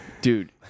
dude